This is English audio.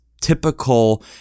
typical